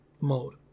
mode